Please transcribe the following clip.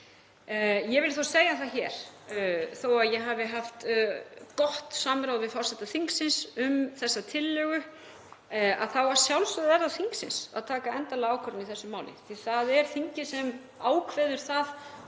Ég vil þó segja það hér, þó að ég hafi haft gott samráð við forseta þingsins um þessa tillögu, þá er það að sjálfsögðu þingsins að taka endanlega ákvörðun í þessu máli því að það er þingið sem ákveður það